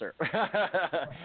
sir